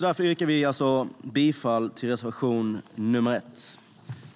Därför yrkar vi bifall till reservation nr 1.